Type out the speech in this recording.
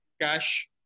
cash